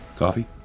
Coffee